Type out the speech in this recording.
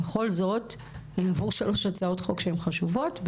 בכל זאת עברו שלוש הצעות חוק שהן חשובות.